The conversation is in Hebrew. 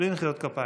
בלי מחיאות כפיים.